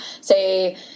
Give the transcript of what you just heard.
say